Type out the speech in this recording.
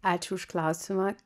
ačiū už klausimą